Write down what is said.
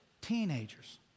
teenagers